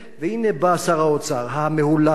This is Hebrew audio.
והנה בא שר האוצר המהולל הזה,